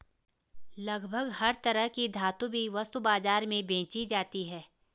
लगभग हर तरह की धातु भी वस्तु बाजार में बेंची जाती है